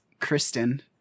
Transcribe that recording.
Kristen